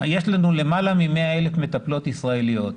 יש לנו למעלה מ-100,000 מטפלות ישראליות,